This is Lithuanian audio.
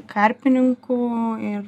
karpininkų ir